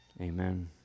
Amen